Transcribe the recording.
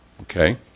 Okay